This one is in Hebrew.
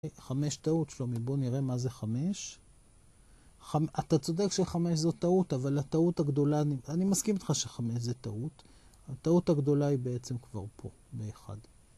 חמש טעות שלומי, בואו נראה מה זה חמש. אתה צודק שחמש זו טעות, אבל הטעות הגדולה, אני מסכים איתך שחמש זה טעות. הטעות הגדולה היא בעצם כבר פה, ב-1.